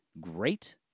great